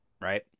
Right